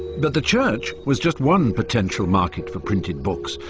but the church was just one potential market for printed books.